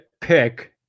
pick